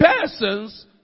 persons